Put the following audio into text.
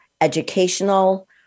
educational